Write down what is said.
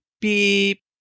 beep